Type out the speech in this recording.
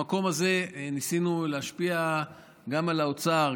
במקום הזה ניסינו להשפיע גם על האוצר,